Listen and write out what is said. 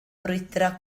brwydro